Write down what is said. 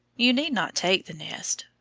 you need not take the nests,